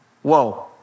Whoa